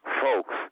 folks